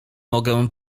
mogę